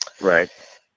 right